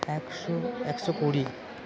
একশো একশো কুড়ি